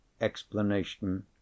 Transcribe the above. explanation